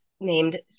named